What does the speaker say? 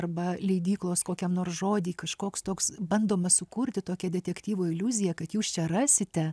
arba leidyklos kokiam nors žody kažkoks toks bandoma sukurti tokią detektyvo iliuziją kad jūs čia rasite